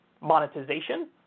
monetization